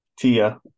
Tia